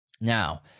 Now